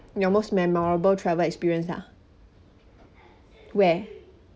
your most memorable travel experience ah where